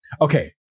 okay